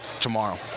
Tomorrow